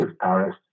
Paris